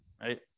right